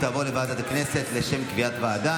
היא תעבור לוועדת הכנסת לשם קביעת ועדה.